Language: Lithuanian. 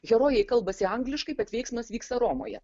herojai kalbasi angliškai bet veiksmas vyksta romoje